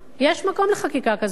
יש מקום לחקיקה כזאת.